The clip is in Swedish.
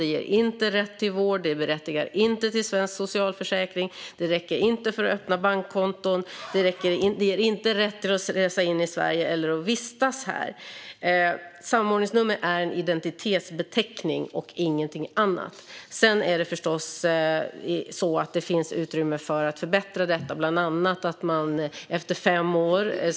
De ger inte heller rätt till vård, de berättigar inte till svensk socialförsäkring, de räcker inte för att öppna bankkonton och de ger inte rätt att resa in i Sverige eller att vistas här. Samordningsnummer är en identitetsbeteckning och ingenting annat. Sedan finns det förstås utrymme att förbättra detta, bland annat så att numren ska upphöra efter fem år.